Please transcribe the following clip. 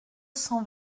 cent